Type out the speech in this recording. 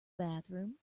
bathroom